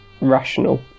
rational